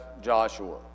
Joshua